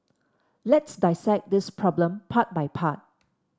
let's dissect this problem part by part